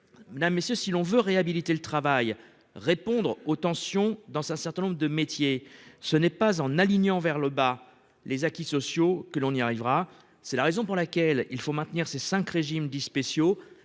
Si nous voulons réhabiliter le travail et réduire les tensions dans un certain nombre de secteurs, ce n'est pas en alignant par le bas les acquis sociaux que l'on y arrivera. C'est la raison pour laquelle il faut maintenir ces cinq régimes dits spéciaux